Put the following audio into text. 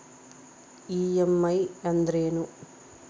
EMI ಅಂದ್ರೇನು?